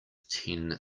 ten